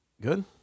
good